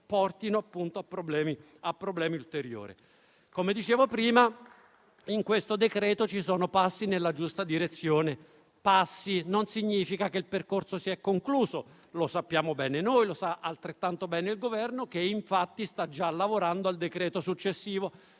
portino a problemi ulteriori. Come dicevo prima, in questo decreto-legge ci sono passi nella giusta direzione. Questo non significa che il percorso si è concluso (lo sappiamo bene noi e lo sa altrettanto bene il Governo, che infatti sta già lavorando al decreto successivo),